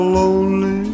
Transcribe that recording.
lonely